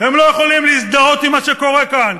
הם לא יכולים להזדהות עם מה שקורה כאן,